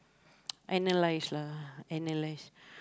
analyse lah analyse